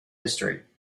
history